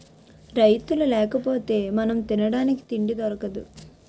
రైతులు లేకపోతె మనం తినడానికి తిండి దొరకదు